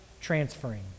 transferring